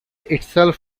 itself